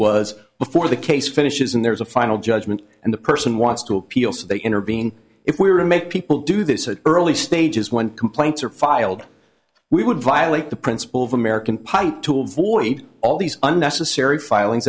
was before the case finishes and there's a final judgment and the person wants to appeal so they intervene if we were to make people do this or early stages when complaints are filed we would violate the principle of american pilot tool for all these unnecessary filings